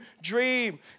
dream